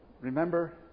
Remember